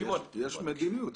לא, יש מדיניות.